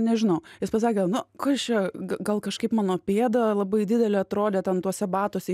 nežinau jis pasakė nu kas čia gal kažkaip mano pėda labai didelė atrodė ten tuose batuose